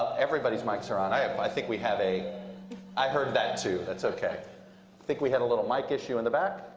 everybody's mics are on. i but i think we have a i heard that, too. that's okay. i think we had a little mic issue in the back.